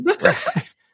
Right